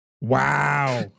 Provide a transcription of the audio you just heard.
wow